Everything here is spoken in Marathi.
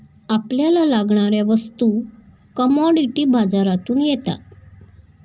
आपल्याला लागणाऱ्या वस्तू कमॉडिटी बाजारातून येतात